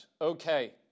Okay